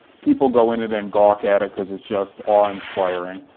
people go in it and gawk at it because it's just awe-inspiring,